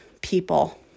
people